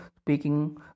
speaking